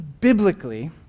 biblically